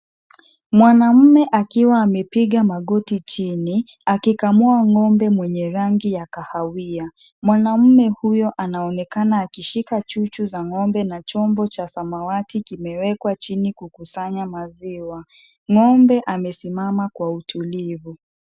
Mwanamme akiwa amepiga magoti chini, akikamua ng'ombe mwenye rangi ya kahawia. mwanamme huyo anaonekana akishika chuchu za ng'ombe na chombo cha samawati kimewekwa chini kukusanya maziwa. Ng'ombe amesimama kwa utulivu.